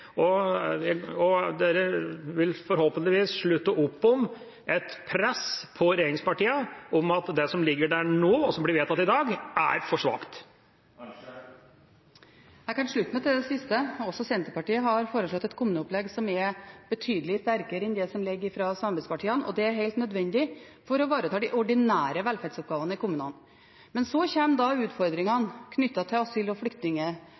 fra Kommune-Norge? Dere vil forhåpentligvis slutte opp om et press på regjeringspartiene om at det som ligger der nå og som blir vedtatt i dag, er for svakt. Jeg kan slutte meg til det siste. Også Senterpartiet har foreslått et kommuneopplegg som er betydelig sterkere enn det som ligger fra samarbeidspartiene. Det er helt nødvendig for å ivareta de ordinære velferdsoppgavene i kommunene. Men så kommer utfordringene knyttet til asyl- og